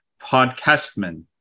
podcastmen